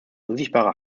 unsichtbare